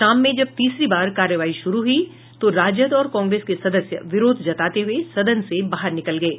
शाम में जब तीसरी बार कार्यवाही शुरू हुई तो राजद और कांग्रेस के सदस्य विरोध जताते हुए सदन से बाहर निकल गये